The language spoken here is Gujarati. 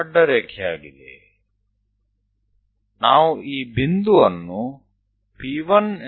તો ચાલો આપણે આ બિંદુને P1 તરીકે નામ આપીએ